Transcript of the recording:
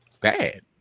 bad